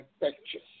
infectious